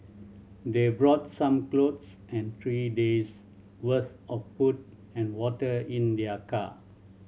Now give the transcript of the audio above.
they brought some clothes and three days worth of food and water in their car